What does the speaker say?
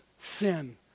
sin